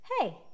hey